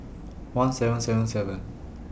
one seven seven seven